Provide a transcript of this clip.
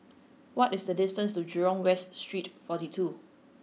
what is the distance to Jurong West Street forty two